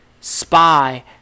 spy